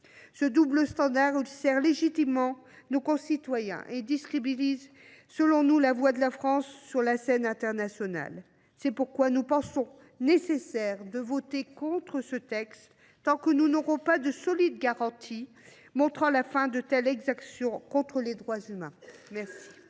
Ce double standard ulcère légitimement nos concitoyens et décrédibilise la voix de la France sur la scène internationale. C’est pourquoi nous pensons nécessaire de voter contre ce texte tant que nous n’aurons pas de solides garanties montrant la fin de telles exactions contre les droits humains.